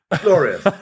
Glorious